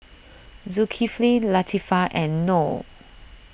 Zulkifli Latifa and Noh